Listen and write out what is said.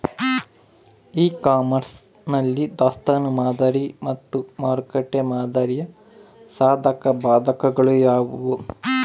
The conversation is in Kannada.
ಇ ಕಾಮರ್ಸ್ ನಲ್ಲಿ ದಾಸ್ತನು ಮಾದರಿ ಮತ್ತು ಮಾರುಕಟ್ಟೆ ಮಾದರಿಯ ಸಾಧಕಬಾಧಕಗಳು ಯಾವುವು?